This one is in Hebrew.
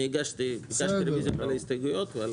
אני הגשתי רוויזיות על ההסתייגויות.